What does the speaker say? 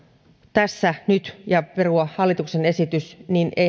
tässä nyt perua hallituksen esitys